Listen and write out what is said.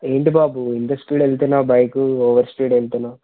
ఏంటి బాబు ఇంత స్పీడ్ వేళ్తున్నావ్ బైక్ ఓవర్ స్పీడ్ వేళ్తున్నావ్